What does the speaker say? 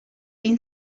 این